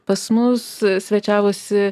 pas mus svečiavosi